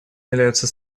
являются